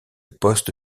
poste